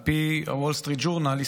על פי הוול סטריט ג'ורנל,